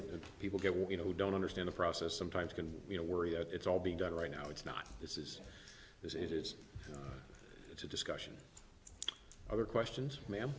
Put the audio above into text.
and people get well you know don't understand the process sometimes can you know worry that it's all being done right now it's not this is this it is it's a discussion other questions ma